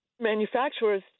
manufacturers